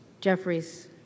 Jeffries